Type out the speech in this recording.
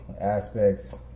aspects